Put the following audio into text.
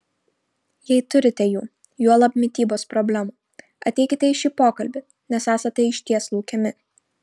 jei turite jų juolab mitybos problemų ateikite į šį pokalbį nes esate išties laukiami